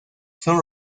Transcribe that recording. son